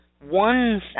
one